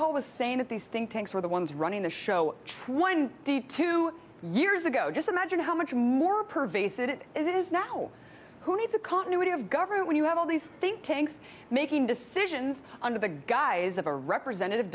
was saying that these think tanks were the ones running the show one two years ago just imagine how much more pervasive it it is now who need the continuity of government when you have all these think tanks making decisions under the guise of a representative